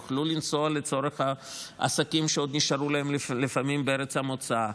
יוכלו לנסוע לצורך העסקים שעוד נשארו להם לפעמים בארץ המוצא,